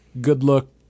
good-look